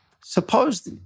Suppose